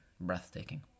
breathtaking